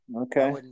Okay